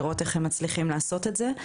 לראות איך הם מצליחים לעשות את זה.